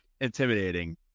intimidating